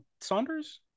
Saunders